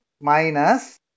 minus